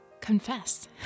confess